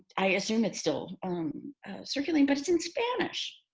i assume it's still um circulating, but it's in spanish.